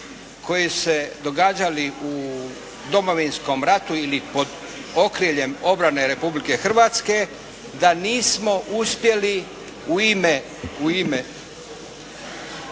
koji su se događali u Domovinskom ratu ili pod okriljem obrane Republike Hrvatske, da nismo uspjeli u ime…